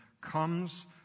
comes